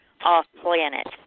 off-planet